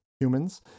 humans